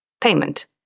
payment